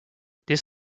this